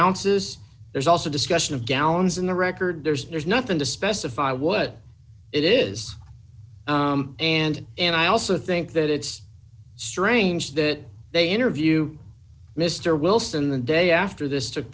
ounces there's also discussion of gallons in the record there's there's nothing to specify what it is and and i also think that it's strange that they interview mr wilson the day after this took